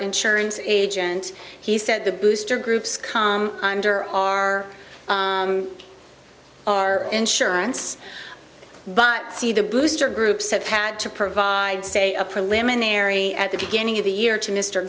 insurance agent he said the booster groups come under our our insurance but see the booster groups have had to provide say a preliminary at the beginning of the year to mr